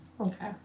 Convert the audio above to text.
okay